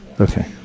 Okay